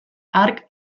hark